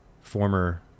former